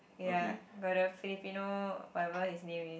ya got the Filipino whatever his name is